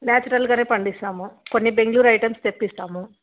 natural గానే పండిస్తాము కొన్ని బెంగుళూరు ఐటెమ్స్ తెప్పిస్తాము